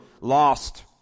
lost